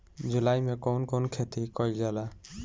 जुलाई मे कउन कउन खेती कईल जाला?